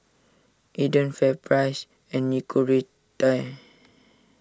Aden FairPrice and Nicorette